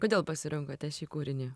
kodėl pasirinkote šį kūrinį